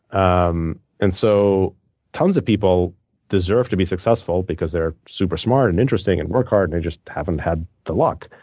um and so tons of people deserve to be successful because they're super smart and interesting and work hard, and they just haven't had the luck.